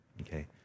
Okay